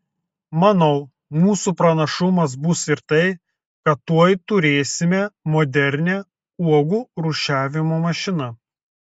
manau mūsų pranašumas bus ir tai kad tuoj turėsime modernią uogų rūšiavimo mašiną